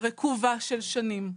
רקובה של שנים.